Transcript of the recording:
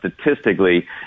statistically